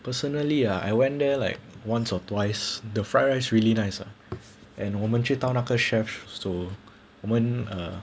personally ah I went there like once or twice the fried rice really nice ah and 我们知道那个 chef so 我们 err